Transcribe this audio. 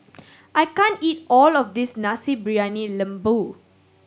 I can't eat all of this Nasi Briyani Lembu